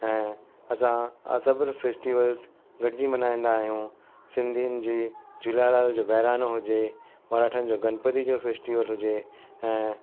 ऐं असां आ सबर फैस्टिवल्स गॾिजी मल्हाईंदा आहियूं सिंधियुन जी झुलेलाल जो बहिराणो हुजे मराठन जो गणपति जो फैस्टिवल हुजे ऐं